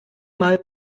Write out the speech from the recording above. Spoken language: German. mal